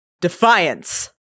Defiance